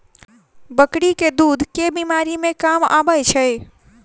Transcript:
बकरी केँ दुध केँ बीमारी मे काम आबै छै?